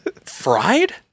fried